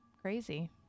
crazy